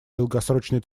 долгосрочной